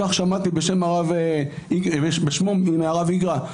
כך שמעתי בשמו מהרב איגרא,